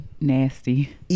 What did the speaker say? nasty